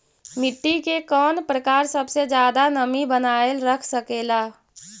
मिट्टी के कौन प्रकार सबसे जादा नमी बनाएल रख सकेला?